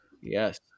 Yes